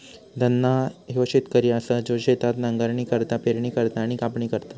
धन्ना ह्यो शेतकरी असा जो शेतात नांगरणी करता, पेरणी करता आणि कापणी करता